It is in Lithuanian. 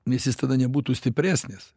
nes jis tada nebūtų stipresnis